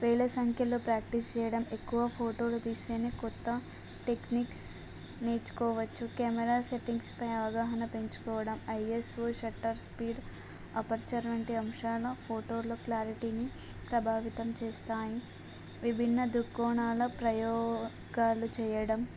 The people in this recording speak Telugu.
వేల సంఖ్యలో ప్రాక్టీస్ చేయడం ఎక్కువ ఫోటోలు తీస్తేనే కొత్త టెక్నిక్స్ నేర్చుకోవచ్చు కెమెరా సెట్టింగ్స్ పై అవగాహన పెంచుకోవడం I S O shutter speed aperture వంటి అంశాల ఫోటోలో క్లారిటీని ప్రభావితం చేస్తాయి విభిన్న దృక్కోణాల ప్రయోగాలు చేయడం